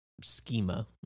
schema